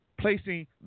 placing